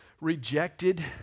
rejected